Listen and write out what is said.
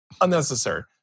unnecessary